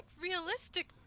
realistic